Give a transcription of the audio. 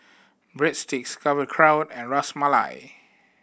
Breadsticks Sauerkraut and Ras Malai